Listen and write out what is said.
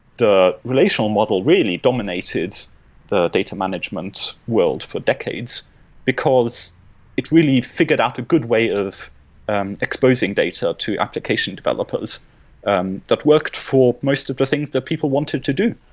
the relational model really dominated data management world for decades because it really figured out a good way of exposing data to application developers um that worked for most of the things that people wanted to do.